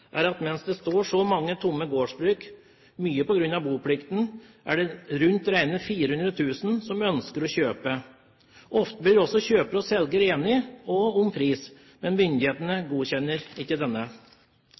er at mens det står så mange gårdsbruk tomme, mye på grunn av boplikten, er det rundt regnet 400 000 som ønsker å kjøpe. Ofte blir også kjøper og selger enige om pris, men myndighetene